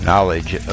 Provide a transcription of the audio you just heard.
Knowledge